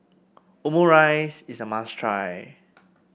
Omurice is a must try